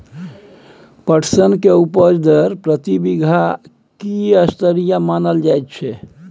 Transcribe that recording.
पटसन के उपज दर प्रति बीघा की स्तरीय मानल जायत छै?